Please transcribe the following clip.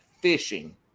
fishing